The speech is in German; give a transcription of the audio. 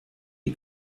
die